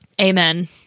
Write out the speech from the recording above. amen